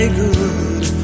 good